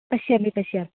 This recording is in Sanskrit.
पश्यामि पश्यामि